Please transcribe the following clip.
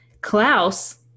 Klaus